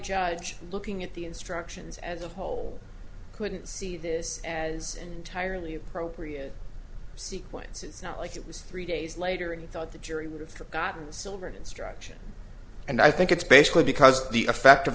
judge looking at the instructions as a whole couldn't see this as an entirely appropriate sequence it's not like it was three days later and thought the jury would have forgotten the silvered instruction and i think it's basically because the effect of